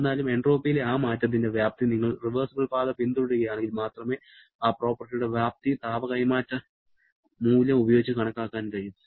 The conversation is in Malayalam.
എന്നിരുന്നാലും എൻട്രോപ്പിയിലെ ആ മാറ്റത്തിന്റെ വ്യാപ്തി നിങ്ങൾ റിവേർസിബിൾ പാത പിന്തുടരുകയാണെങ്കിൽ മാത്രമേ ആ പ്രോപ്പർട്ടിയുടെ വ്യാപ്തി താപ കൈമാറ്റ മൂല്യം ഉപയോഗിച്ച് കണക്കാക്കാൻ കഴിയൂ